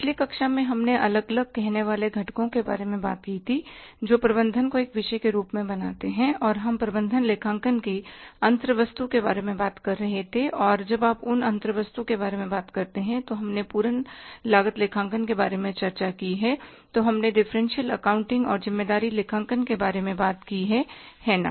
पिछली कक्षा में हमने अलग अलग कहने वाले घटकों के बारे में बात की थी जो प्रबंधन को एक विषय के रूप में बनाते हैं और हम प्रबंधन लेखांकन के अंतर्वस्तु के बारे में बात कर रहे थे और जब आप उन अंतर्वस्तु के बारे में बात करते हैं तो हमने पूर्ण लागत लेखांकन के बारे में चर्चा की है तो हमने डिफरेंशियल एकाउंटिंग और ज़िम्मेदारी लेखांकन के बारे में बात की हैं है ना